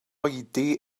oedi